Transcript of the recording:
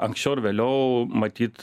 anksčiau ar vėliau matyt